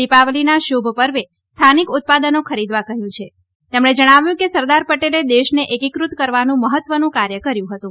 દિપાવલીના આ શુભ પર્વે સ્થાનિક ઉત્પાદનો ખરીદવાનો અનુરોધ કર્યો તેમણે જણાવ્યું કે સરદાર પટેલે દેશને એકીફત કરવાનું મહત્વનું કાર્ય કર્યું હતું